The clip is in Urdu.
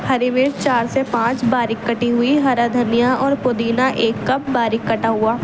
ہری مرچ چار سے پانچ باریک کٹی ہوئی ہرا دھنیا اور پودینہ ایک کپ باریک کٹا ہوا